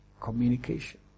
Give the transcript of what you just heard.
Communication